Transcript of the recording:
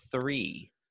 three